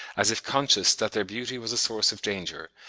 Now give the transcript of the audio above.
as if conscious that their beauty was a source of danger,